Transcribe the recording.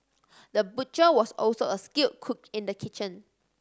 the butcher was also a skilled cook in the kitchen